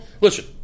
Listen